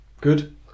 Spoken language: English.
Good